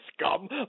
scum